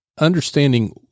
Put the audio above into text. understanding